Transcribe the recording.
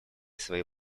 свои